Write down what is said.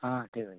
ହଁ ଠିକ ଅଛି